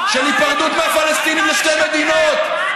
של היפרדות מהפלסטינים לשתי מדינות.